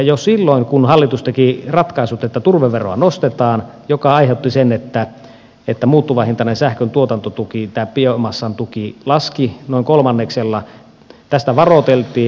jo silloin kun hallitus teki ratkaisut että turveveroa nostetaan mikä aiheutti sen että muuttuvahintainen sähkön tuotantotuki tämä biomassan tuki laski noin kolmanneksella tästä varoiteltiin